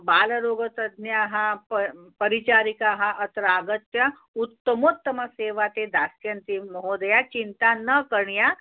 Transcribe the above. बालरोगतज्ञाः प परिचारिकाः अत्र आगत्य उत्तमोत्तमसेवाः ते दास्यन्ति महोदया चिन्ता न करणीया